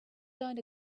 joined